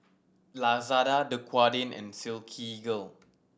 Lazada Dequadin and Silkygirl